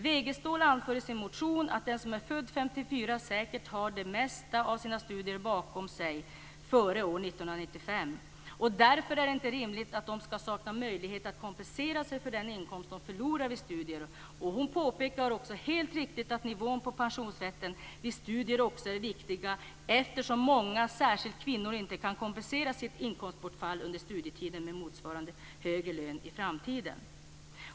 Wegestål anför i sin motion att den som är född 1954 säkert har slutfört det mesta av sina studier före år 1995. Därför är det inte rimligt att de skall sakna möjligheter att kompensera sig för den inkomst de förlorat vid studier. Hon påpekar också helt riktigt att nivån på pensionsrätten vid studier också är viktig eftersom många, särskilt kvinnor, inte kan kompensera sitt inkomstbortfall under studietiden med motsvarande högre lön i framtiden.